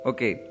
Okay